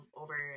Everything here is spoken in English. over